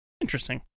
Interesting